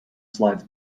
slides